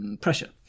Pressure